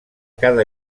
cada